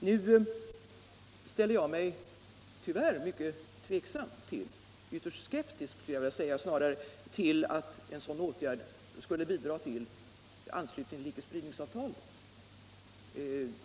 Tyvärr ställer jag mig mycket skeptisk till att en sådan åtgärd skulle bidra till anslutning till icke-spridningsavtalet.